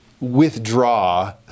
withdraw